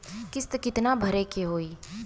किस्त कितना भरे के होइ?